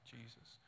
Jesus